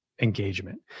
engagement